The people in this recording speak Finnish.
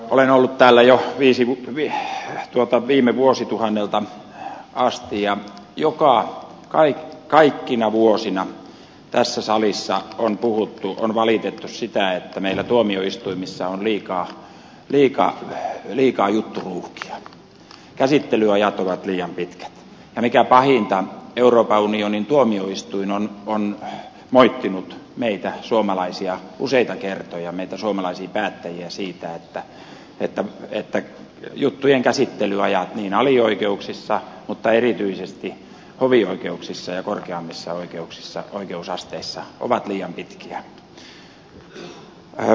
olen ollut täällä jo viime vuosituhannelta asti ja kaikkina vuosina tässä salissa on puhuttu on valitettu sitä että meillä tuomioistuimissa on liikaa jutturuuhkia käsittelyajat ovat liian pitkät ja mikä pahinta euroopan unionin tuomioistuin on moittinut meitä suomalaisia useita kertoja meitä suomalaisia päättäjiä siitä että juttujen käsittelyajat alioikeuksissa mutta erityisesti hovioikeuksissa ja korkeammissa oikeusasteissa ovat liian pitkiä